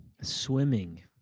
Swimming